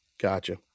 Gotcha